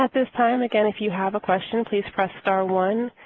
this time again if you have a question, please press star one.